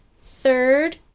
third